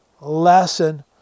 lesson